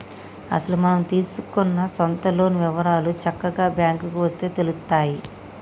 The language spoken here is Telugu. అసలు మనం తీసుకున్న సొంత లోన్ వివరాలు చక్కగా బ్యాంకుకు వస్తే తెలుత్తాయి